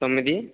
తొమ్మిది